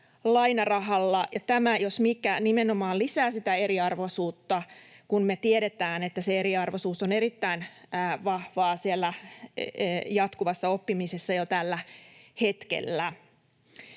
lainarahalla. Tämä jos mikä nimenomaan lisää sitä eriarvoisuutta, kun me tiedetään, että eriarvoisuus on erittäin vahvaa jatkuvassa oppimisessa jo tällä hetkellä.